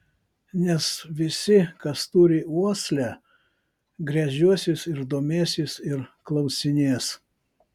nes visi kas turi uoslę gręžiosis ir domėsis ir klausinės